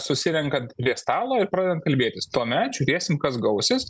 susirenkant prie stalo ir pradedant kalbėtis tuomet žiūrėsim kas gausis